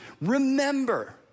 Remember